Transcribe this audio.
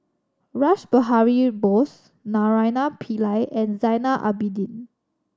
Rash Behari Bose Naraina Pillai and Zainal Abidin